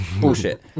Bullshit